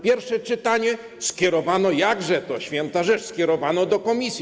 Pierwsze czytanie, skierowano, jakże to, święta rzecz, skierowano do komisji.